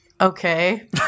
Okay